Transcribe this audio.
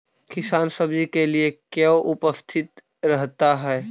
किसान सब्जी के लिए क्यों उपस्थित रहता है?